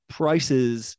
prices